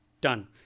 done